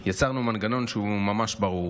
יצרנו מנגנון ממש ברור.